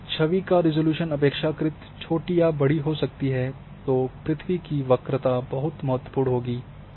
तो चूँकि छवि का रिज़ॉल्यूशन अपेक्षाकृत छोटी या बड़ी हो सकती है तो पृथ्वी की वक्रता बहुत महत्वपूर्ण होगी